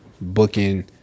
booking